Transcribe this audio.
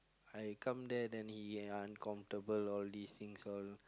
I come there then he uncomfortable all these things all